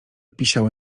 pisiały